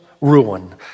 ruin